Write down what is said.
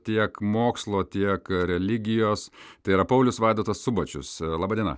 tiek mokslo tiek religijos tai yra paulius vaidotas subačius laba diena